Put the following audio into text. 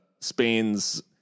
Spain's